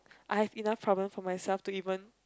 I have enough problem for myself to even